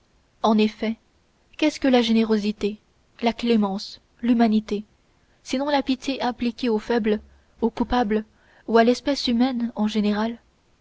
en effet qu'est-ce que la générosité la clémence l'humanité sinon la pitié appliquée aux faibles aux coupables ou à l'espèce humaine en général